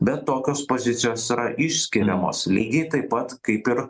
bet tokios pozicijos yra išskiriamos lygiai taip pat kaip ir